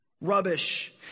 rubbish